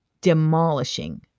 demolishing